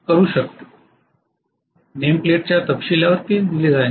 name प्लेटच्या तपशीलावर तेच दिले आहे